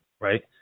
right